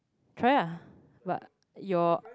try ah but your